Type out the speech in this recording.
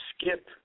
skip